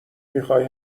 میخای